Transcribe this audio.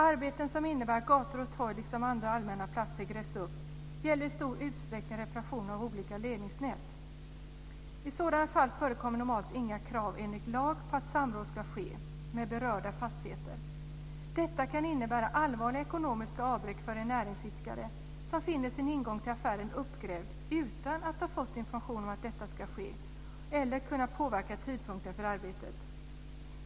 Arbeten som innebär att gator och torg, liksom andra allmänna platser, grävs upp gäller i stor utsträckning reparationer av olika ledningsnät. I sådana fall förekommer enligt lag normalt inga krav på att samråd ska ske med representanter för berörda fastigheter. Detta kan innebära allvarliga ekonomiska avbräck för en näringsidkare som finner sin ingång till affären uppgrävd, utan att ha fått information om att detta skulle ske eller utan att ha kunnat påverka tidpunkten för arbetet.